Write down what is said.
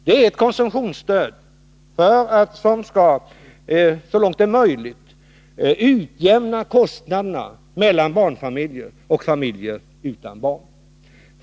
Det är ett konsumtionsstöd för att så långt det är möjligt utjämna kostnaderna mellan barnfamiljer och familjer utan barn.